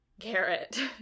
Garrett